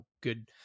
good